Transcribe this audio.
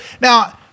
now